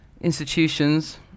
institutions